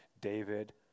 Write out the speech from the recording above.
David